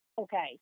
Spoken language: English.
Okay